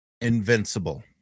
Invincible